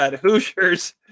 Hoosiers